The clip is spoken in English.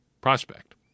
prospect